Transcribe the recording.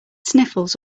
sniffles